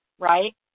right